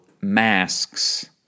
masks